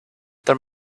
there